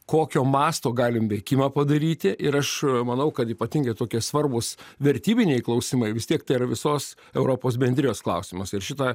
kokio masto galim veikimą padaryti ir aš manau kad ypatingai tokie svarbūs vertybiniai klausimai vis tiek tai yra visos europos bendrijos klausimas ir šitą